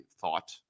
thought